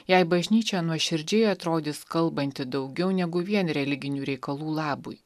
jei bažnyčia nuoširdžiai atrodys kalbanti daugiau negu vien religinių reikalų labui